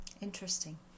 Interesting